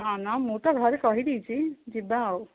ହଁ ନା ମୁଁ ତ ଘରେ କହିଦେଇଛି ଯିବା ଆଉ